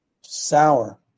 sour